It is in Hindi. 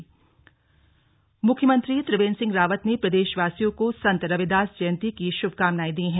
संत रविदास जयंती मुख्यमंत्री त्रिवेन्द्र सिंह रावत ने प्रदेशवासियों को संत रविदास जयंती की शुभकामनाएं दी हैं